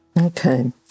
Okay